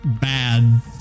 bad